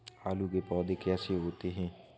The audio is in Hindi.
आलू के पौधे कैसे होते हैं?